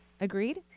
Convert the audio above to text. Agreed